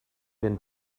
been